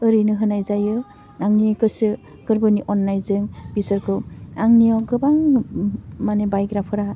ओरैनो होनाय जायो आंनि गोसो गोरबोनि अननायजों बिसोरखौ आंनियाव गोबां माने बायग्राफोरा